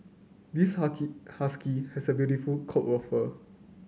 this husky has a beautiful coat of fur